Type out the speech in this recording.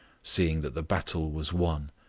seeing that the battle was won.